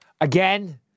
Again